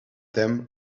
them